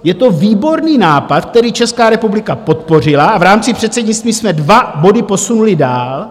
Je to výborný nápad, který Česká republika podpořila, a v rámci předsednictví jsme dva body posunuli dál.